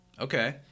Okay